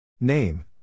Name